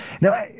Now